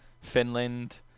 Finland